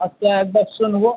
আচ্ছা এক বাক্স নেব